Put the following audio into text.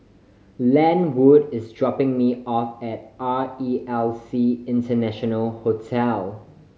Lenwood is dropping me off at R E L C International Hotel